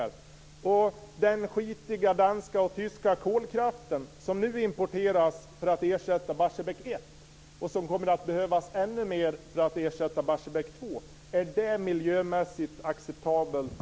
Är den skitiga danska och tyska kolkraften miljömässigt acceptabel elproduktion? Den importeras nu för att ersätta Barsebäck 1 och kommer att behövas ännu mer för att ersätta Barsebäck 2.